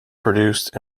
produced